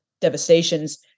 devastations